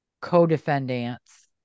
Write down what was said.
Co-defendants